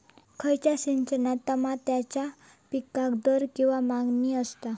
खयच्या सिजनात तमात्याच्या पीकाक दर किंवा मागणी आसता?